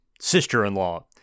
sister-in-law